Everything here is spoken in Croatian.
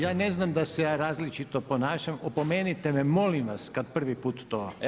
Ja ne znam da se ja različito ponašam, opomenite me, molim vas kada prvi put to bude.